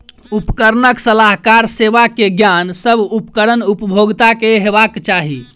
उपकरणक सलाहकार सेवा के ज्ञान, सभ उपकरण उपभोगता के हेबाक चाही